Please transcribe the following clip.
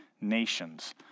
nations